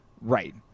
Right